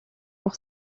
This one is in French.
pour